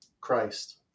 Christ